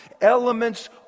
elements